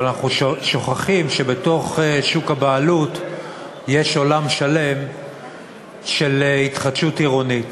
אבל אנחנו שוכחים שבתוך שוק הבעלות יש עולם שלם של התחדשות עירונית.